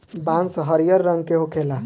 बांस हरियर रंग के होखेला